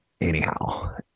anyhow